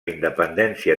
independència